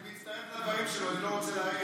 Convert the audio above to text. אני מצטרף לדברים שלו.